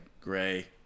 Gray